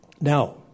Now